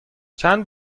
چند